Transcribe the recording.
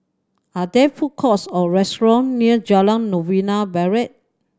are there food courts or restaurant near Jalan Novena Barat